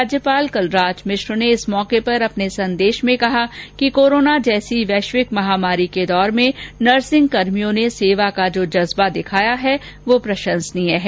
राज्यपाल कलराज मिश्र ने इस मौके पर अपने संदेश में कहा कि कोरोना जैसी वैश्विक महामारी के दौर में नर्सिंगकर्भियों ने सेवा का जो जज्बा दिखाया है वह प्रशंसनीय है